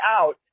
out